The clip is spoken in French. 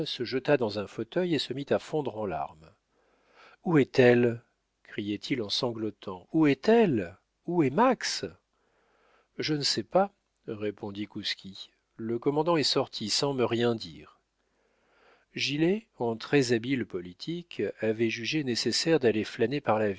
se jeta dans un fauteuil et se mit à fondre en larmes où est-elle criait-il en sanglotant où est-elle où est max je ne sais pas répondit kouski le commandant est sorti sans me rien dire gilet en très-habile politique avait jugé nécessaire d'aller flâner par